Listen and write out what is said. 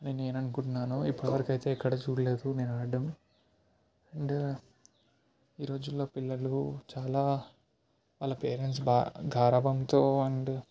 అని నేను అనుకుంటున్నాను ఇప్పుడివరుకయితే ఎక్కడ చూడలేదు నేను ఆడడం అండ్ ఈరోజుల్లో పిల్లలు చాలా వాళ్ల పేరెంట్స్ బాగా గారబంతో అండ్